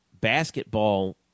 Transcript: basketball